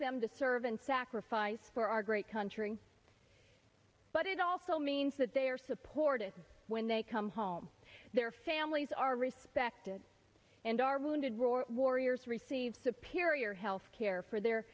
them to serve and sacrifice for our great country but it also means that they are supported when they come home their families are respected and our wounded warrior warriors receive sapir your health care for their